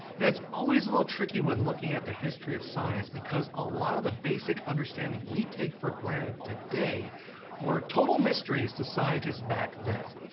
it's always a little tricky when looking at the history of science because a lot of the basic understandings we take for granted today were total mysteries to scientists back then.